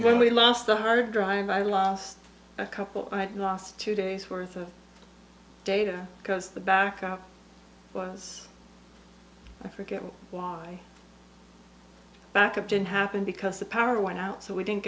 when we lost the hard drive i lost a couple i lost two days worth of data because the backup was i forget why backup didn't happen because the power went out so we didn't